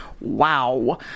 Wow